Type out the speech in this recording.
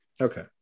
Okay